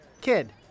Kid